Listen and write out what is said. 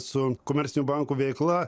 su komercinių bankų veikla